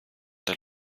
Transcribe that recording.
der